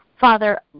Father